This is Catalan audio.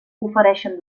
ofereixen